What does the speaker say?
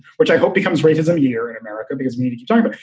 which i hope becomes racism here in america, because maybe you don't. but